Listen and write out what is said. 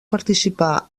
participar